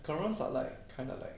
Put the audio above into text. sort like cannot leh